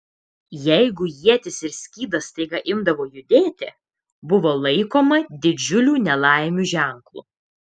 jeigu ietis ir skydas staiga imdavo judėti buvo laikoma didžiulių nelaimių ženklu